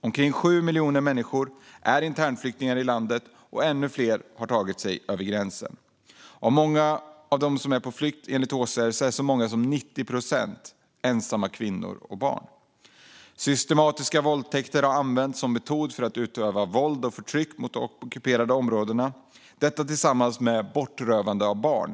Omkring 7 miljoner människor är internflyktingar i landet, och ännu fler har tagit sig över gränsen. Av dem som är på flykt är enligt UNHCR så många som 90 procent ensamma kvinnor och barn. Systematiska våldtäkter har använts som metod för att utöva våld och förtryck mot de ockuperade områdena, detta tillsammans med bortrövande av barn.